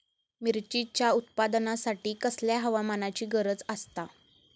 मिरचीच्या उत्पादनासाठी कसल्या हवामानाची गरज आसता?